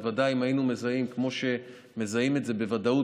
בוודאי שאם היינו מזהים כמו שמזהים את זה בוודאות